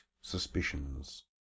suspicions